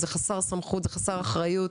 זה חסר סמכות זה חסר אחריות,